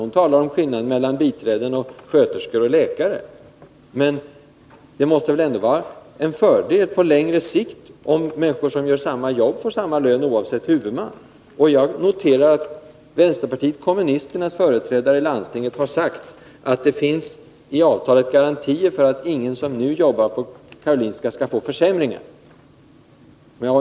Hon talade om skillnaderna i löner mellan biträden, sjuksköterskor och läkare. Men det måste väl ändå vara en fördel på längre sikt om människor som gör samma jobb får samma lön oavsett huvudman! Jag noterar att vänsterpartiet kommunisternas företrädare i landstinget har sagt att det i avtalet finns garantier för att ingen som nu jobbar på Karolinska skall vidkännas försämringar.